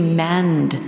mend